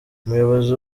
umuyobozi